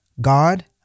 God